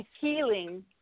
healing